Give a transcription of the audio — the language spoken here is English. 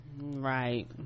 right